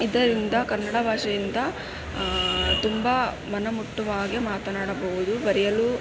ಇದರಿಂದ ಕನ್ನಡ ಭಾಷೆಯಿಂದ ತುಂಬ ಮನಮುಟ್ಟುವ ಹಾಗೆ ಮಾತನಾಡಬಹುದು ಬರೆಯಲು